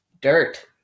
Dirt